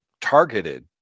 targeted